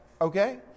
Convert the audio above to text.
okay